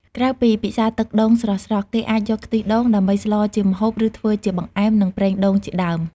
ក្រៅពីពិសាទឹកដូងស្រស់ៗ គេអាចយក ខ្ទិះដូង ដើម្បីស្លជាម្ហូប ឬធ្វើជា បង្អែម និង ប្រេងដូង ជាដើម។